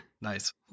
nice